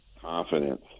confidence